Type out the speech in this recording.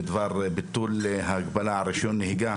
בדבר ביטול ההגבלה על רישיון נהיגה,